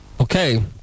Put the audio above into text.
Okay